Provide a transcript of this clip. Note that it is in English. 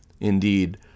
Indeed